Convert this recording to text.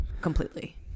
completely